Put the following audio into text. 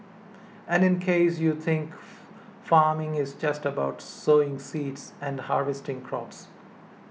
and in case you think farming is just about sowing seeds and harvesting crops